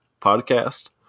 podcast